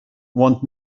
want